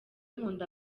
nkunda